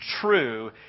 true